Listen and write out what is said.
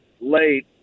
late